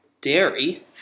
dairy